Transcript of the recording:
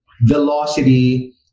velocity